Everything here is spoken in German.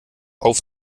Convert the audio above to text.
auf